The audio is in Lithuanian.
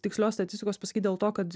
tikslios statistikos pasakyt dėl to kad